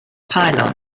pylon